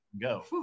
go